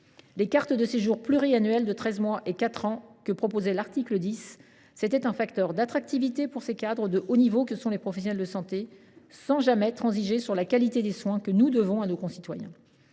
Les cartes de séjour pluriannuelles de treize mois et quatre ans instaurées par l’article 10 constituaient un facteur d’attractivité pour ces cadres de haut niveau que sont les professionnels de santé, sans jamais transiger sur la qualité des soins que nous devons à nos concitoyens.